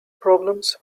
problems